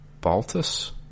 Baltus